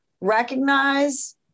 recognize